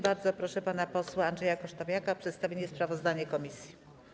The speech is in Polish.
Bardzo proszę pana posła Andrzeja Kosztowniaka o przedstawienie sprawozdania komisji.